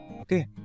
okay